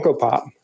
Pop